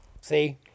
See